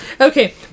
Okay